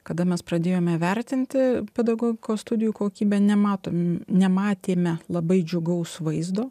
kada mes pradėjome vertinti pedagogikos studijų kokybę nematome nematėme labai džiugaus vaizdo